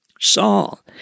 Saul